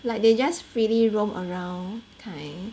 like they just freely roam around kind